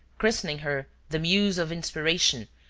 christening her the muse of inspiration,